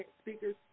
speaker's